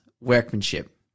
workmanship